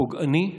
פוגעני,